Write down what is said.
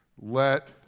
Let